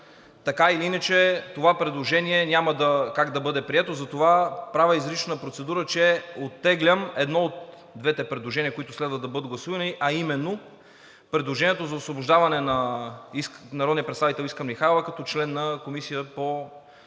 така или иначе това предложение няма как да бъде прието. Затова правя изрична процедура, че оттеглям едно от двете предложения, които следва да бъдат гласувани, а именно – предложението за освобождаване на народния представител Искра Михайлова като член на Комисията по